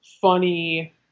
funny